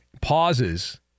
pauses